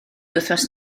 wythnos